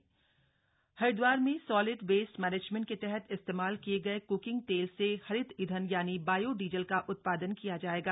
bio diesel Kumbh Haridwar में solid waste management के तहत इस्तेमाल किए गए क्रिंग तेल से हरित ईंधन यानि बायो डीजल का उत्पादन किया जाएगा